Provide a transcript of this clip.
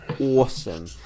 awesome